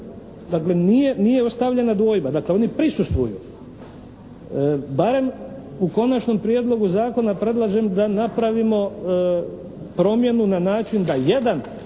dakle nije ostavljena dvojba, dakle oni prisustvuju, barem u Konačnom prijedlogu zakona predlažem da napravimo promjenu na način da jedan